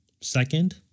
second